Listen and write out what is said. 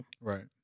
Right